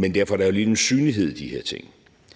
Men derfor er der jo alligevel en synlighed i de her ting.